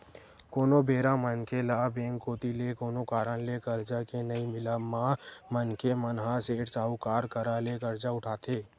कोनो बेरा मनखे ल बेंक कोती ले कोनो कारन ले करजा के नइ मिलब म मनखे मन ह सेठ, साहूकार करा ले करजा उठाथे